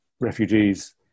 refugees